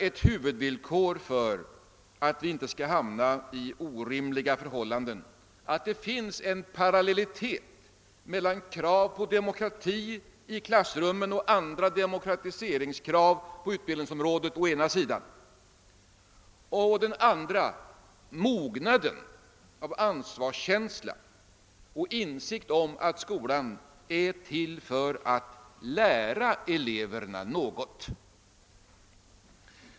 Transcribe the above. Ett huvudvillkor för att vi inte skall hamna i orimliga förhållanden är säkerligen att det finns parallellitet mellan å ena sidan kraven på demokrati i klassrummen och andra demokratiseringskrav på utbildningsområdet och å andra sidan mognad, ansvarskänsla och insikt om att skolan är till för att lära eleverna något.